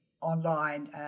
online